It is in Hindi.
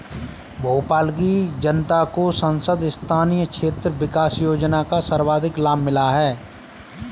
भोपाल की जनता को सांसद स्थानीय क्षेत्र विकास योजना का सर्वाधिक लाभ मिला है